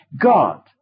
God